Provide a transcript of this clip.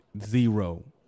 Zero